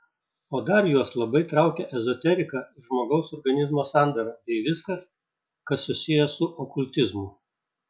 o dar juos labai traukia ezoterika ir žmogaus organizmo sandara bei viskas kas susiję su okultizmu